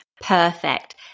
Perfect